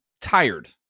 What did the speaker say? tired